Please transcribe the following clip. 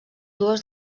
dues